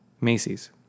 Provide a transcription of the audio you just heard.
Macy's